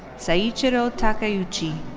seiichiro takeuchi.